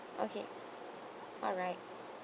okay alright